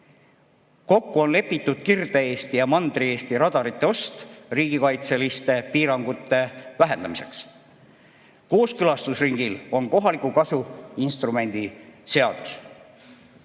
Kokku on lepitud Kirde‑Eesti ja Mandri‑Eesti radarite ost riigikaitseliste piirangute vähendamiseks. Kooskõlastusringil on kohaliku kasu instrumendi seadus.